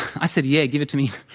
i said, yeah, give it to me.